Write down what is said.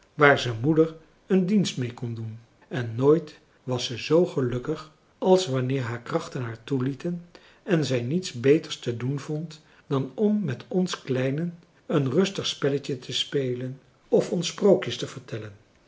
der een dienst mee kon doen en nooit was ze zoo gelukkig als wanneer haar krachten haar toelieten en zij niets beters te doen vond dan om met ons kleinen een rustig spelletje te spelen of ons sprookjes te vertellen